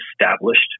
established